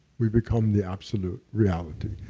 we become the absolute reality.